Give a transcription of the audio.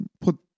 put